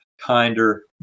kinder